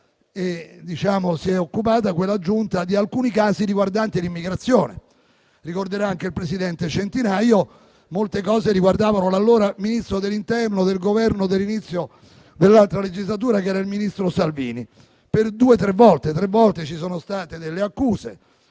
che si è occupata di alcuni casi riguardanti l'immigrazione. Ricorderà anche il presidente Centinaio che molte questioni riguardavano l'allora Ministro dell'interno del Governo dell'inizio dell'altra legislatura, che era il Ministro Salvini. Per tre volte ci sono state delle accuse: